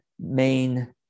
main